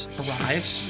arrives